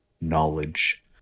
knowledge